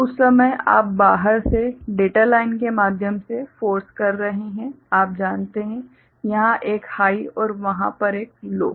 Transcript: तो उस समय आप बाहर से डेटा लाइन के माध्यम से फोर्स कर रहे हैं आप जानते हैं यहाँ एक हाइ और वहाँ पर एक लो